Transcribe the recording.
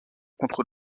contre